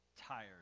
tired